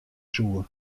soe